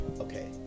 Okay